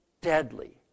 deadly